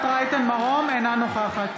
מרום, אינה נוכחת